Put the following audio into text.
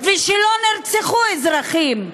ושלא נרצחו אזרחים.